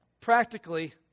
Practically